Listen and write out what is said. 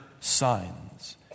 signs